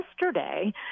yesterday